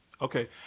Okay